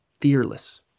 fearless